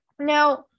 Now